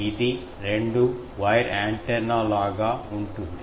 ఇది రెండు wire antenna లాగా ఉంటుంది